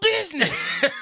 business